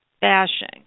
bashing